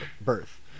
birth